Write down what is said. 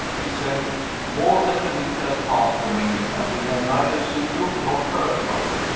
he said more than a week has passed, romayne, and we have neither seen you nor heard from you.